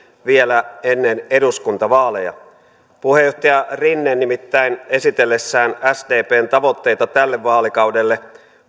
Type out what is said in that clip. vielä ennen eduskuntavaaleja puheenjohtaja rinne nimittäin esitellessään sdpn tavoitteita tälle vaalikaudelle